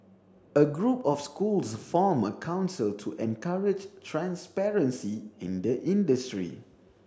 a group of schools formed a council to encourage transparency in the industry